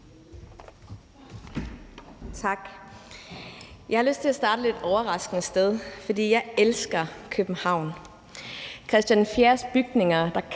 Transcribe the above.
Tak. Jeg har lyst til at starte et lidt overraskende sted. for jeg elsker København: Christian IV's bygninger, der